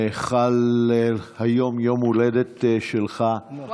יום ההולדת שלך חל היום,